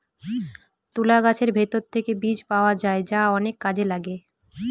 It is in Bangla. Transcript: তুলা গাছের ভেতর থেকে বীজ পাওয়া যায় যা অনেক কাজে লাগে